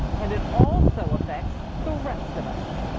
and it also affects the rest of us.